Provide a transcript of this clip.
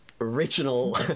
original